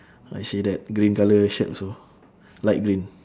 ah shirt right green colour shirt also light green